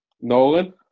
Nolan